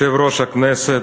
יושב-ראש הכנסת,